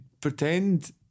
pretend